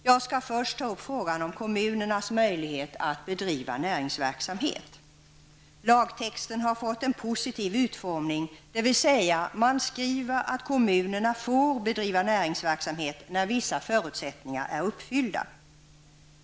Jag skall först ta upp frågan om kommunernas möjlighet att bedriva näringsverksamhet. Lagtexten har fått en positiv utformning, dvs. man skriver att kommunerna får bedriva näringsverksamhet när vissa förutsättningar är uppfyllda.